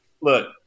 look